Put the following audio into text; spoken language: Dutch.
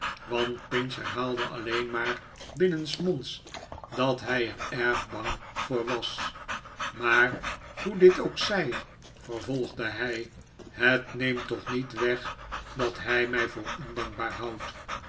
want pinch herhaalde alleen maar binnensmonds dat hij er erg bang voor was maar hoe dit ook zij vervolgde hij t het neemt toch niet weg dat hij mij voor ondankbaar houdt